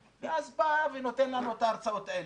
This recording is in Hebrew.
ואז בא ונותן לנו את ההרצאות האלה.